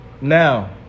now